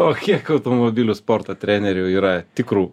o kiek automobilių sporto trenerių yra tikrų